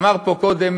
אמר פה קודם